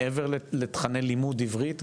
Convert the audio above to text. מעבר לתכני לימוד עברית,